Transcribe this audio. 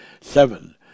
seven